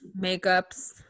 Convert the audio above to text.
makeups